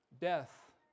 death